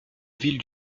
ville